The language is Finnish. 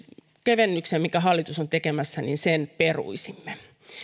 kevennyksen minkä hallitus on tekemässä peruisimme